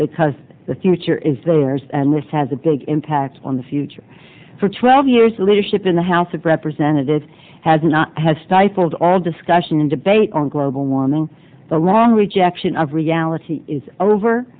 because the future is theirs and this has a big impact on the future for twelve years the leadership in the house of representatives has not has stifled all discussion and debate on global warming the long rejection of reality is